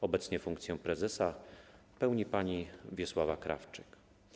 Obecnie funkcję prezesa pełni pani Wiesława Krawczyk.